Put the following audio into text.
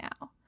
now